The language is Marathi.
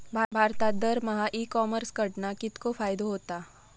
भारतात दरमहा ई कॉमर्स कडणा कितको फायदो होता?